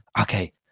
okay